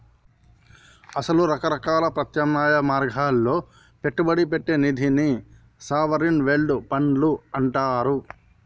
అసలు రకరకాల ప్రత్యామ్నాయ మార్గాల్లో పెట్టుబడి పెట్టే నిధిని సావరిన్ వెల్డ్ ఫండ్లు అంటారు